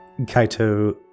Kaito